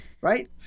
Right